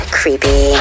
creepy